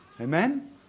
Amen